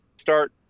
start